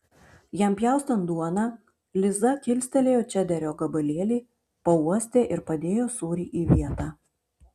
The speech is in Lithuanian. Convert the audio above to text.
jam pjaustant duoną liza kilstelėjo čederio gabalėlį pauostė ir padėjo sūrį į vietą